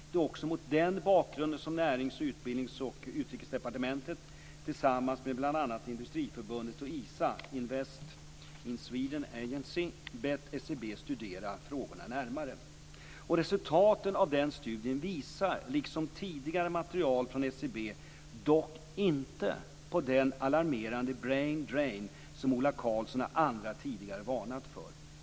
Det är också mot den bakgrunden som Närings-, Utbildnings och Utrikesdepartementen tillsammans med bl.a. Industriförbundet och Invest in Sweden Agency, ISA, har bett SCB att studera frågorna närmare. Resultaten av den studien visar, liksom tidigare material från SCB, dock inte på den alarmerande brain drain som Ola Karlsson och andra tidigare har varnat för.